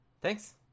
Thanks